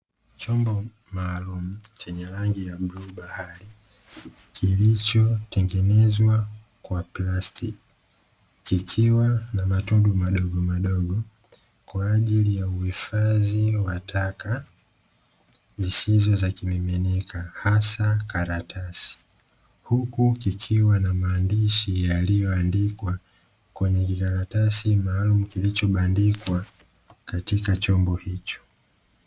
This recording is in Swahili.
Chombo maalumu chenye rangi ya bluu bahari kilichotegenezwa kwa plastiki, kikiwa na matundu madogomadogo kwa ajili ya uhifadhi wa taka zisizo za kimiminika hasa karatasi. Huku kikiwa na maandishi yaliyoandikwa kwenye kikaratasi maalumu kilichobandikwa katika chombo hicho.